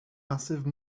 massive